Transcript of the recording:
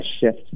shift